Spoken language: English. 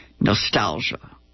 nostalgia